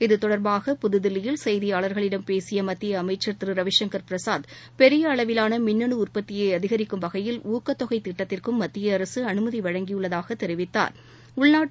இத்தொடர்பாக புதுதில்லியில் செய்தியாளர்களிடம் பேசியமத்தியஅமைச்சர் திருரவிசங்கர் பெரிய அளவிலான மின்ன ுடற்பத்தியை அதிகரிக்கும் பிரசாத் வகையில் ஊக்கத் தொகைதிட்டத்திற்குமத்தியஅரசுஅனுமதிவழங்கியுள்ளதாகதெரிவித்தாா்